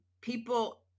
people